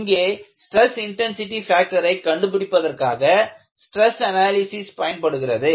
இங்கே stress intensity factor ஐ கண்டுபிடிப்பதற்காக ஸ்டிரஸ் அனாலிசிஸ் பயன்படுகிறது